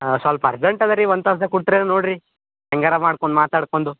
ಹಾಂ ಸ್ವಲ್ಪ ಅರ್ಜೆಂಟ್ ಅದರಿ ಒಂದು ತಾಸ್ನ್ಯಾಗ ಕೊಡ್ತ್ರ್ಯಾ ನೋಡ್ರಿ ಹೆಂಗಾರ ಮಾಡ್ಕೊಂಡು ಮಾತಾಡ್ಕೊಂಡು